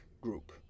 group